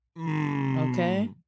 Okay